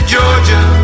Georgia